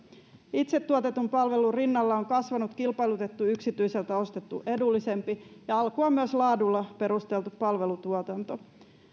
itse tuotetun palvelun rinnalla on kasvanut kilpailutettu yksityiseltä ostettu edullisempi ja alkuaan myös laadulla perusteltu palvelutuotanto